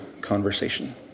conversation